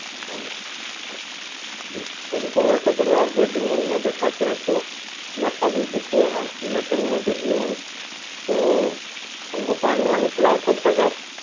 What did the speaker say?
हाँ तो जी उनको ऐसा करो आप वेटिंग हॉल में बैठा के रखो मैं अभी तो थोड़ा मीटिंग में बिज़ी हूँ तो उनको पानी वानी पिलाओ तब तक आप